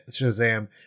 Shazam